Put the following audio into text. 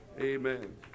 Amen